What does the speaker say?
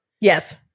Yes